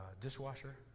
dishwasher